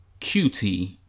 QT